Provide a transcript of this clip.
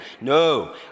No